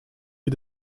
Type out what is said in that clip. wie